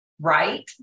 right